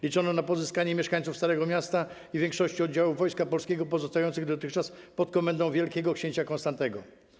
Liczono na pozyskanie mieszkańców Starego Miasta i większości oddziałów Wojska Polskiego pozostających dotychczas pod komendą wielkiego księcia Konstantego.